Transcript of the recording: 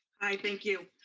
i thank you.